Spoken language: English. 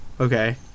okay